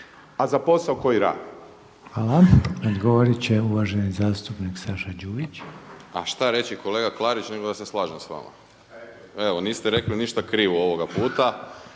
Željko (HDZ)** Hvala. I odgovorit će uvaženi zastupnik Saša Đujić. **Đujić, Saša (SDP)** A šta reći kolega Klarić nego da se slažem s vama. Evo niste rekli ništa krivo ovoga puta.